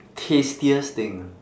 tastiest thing ah